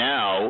Now